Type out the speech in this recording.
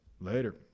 Later